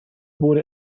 wurde